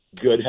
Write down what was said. good